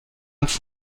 uns